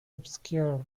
obscure